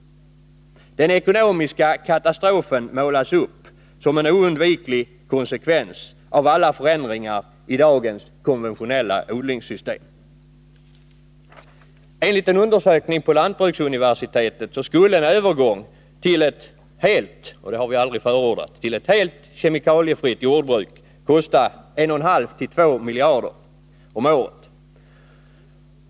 Den ekonomiska katastrofen målas upp som en oundviklig konsekvens av alla förändringar i dagens konventionella odlingssystem. Enligt en undersökning på lantbruksuniversitetet skulle en övergång till ett helt kemikaliefritt — något som vi aldrig förordat — jordbruk kosta 1 1/2-2 miljarder om året.